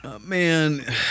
man